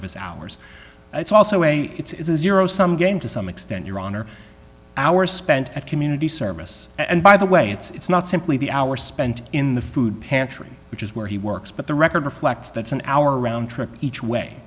of his hours it's also a it's a zero sum game to some extent your honor hour spent at community service and by the way it's not simply the hours spent in the food pantry which is where he works but the record reflects that's an hour round trip each way